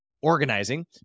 organizing